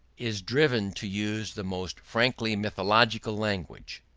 is driven to use the most frankly mythological language.